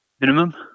minimum